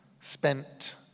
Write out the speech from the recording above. spent